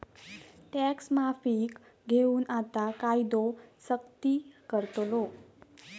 tax माफीक घेऊन आता कायदो सख्ती करतलो